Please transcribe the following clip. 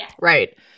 Right